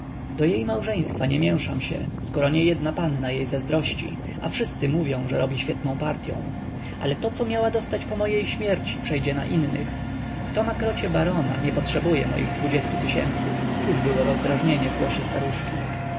do jej małżeństwa nie mięszam się skoro niejedna panna jej zazdrości a wszyscy mówią że robi świetną partyą ale to co miała dostać po mojej śmierci przejdzie na innych kto ma krocie barona nie potrzebuje moich dwudziestu tysięcy czuć było rozdrażnienie w głosie staruszki